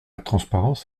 transparence